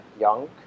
young